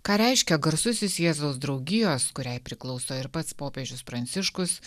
ką reiškia garsusis jėzaus draugijos kuriai priklauso ir pats popiežius pranciškus